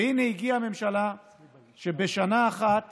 והינה, הגיעה ממשלה שבשנה אחת